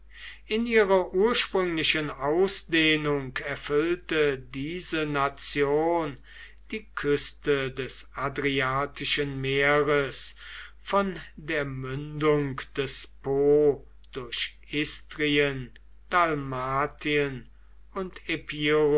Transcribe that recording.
in ihrer ursprünglichen ausdehnung erfüllte diese nation die küste des adriatischen meeres von der mündung des po durch istrien dalmatien und